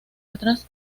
atrás